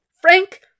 Frank